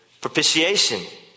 Propitiation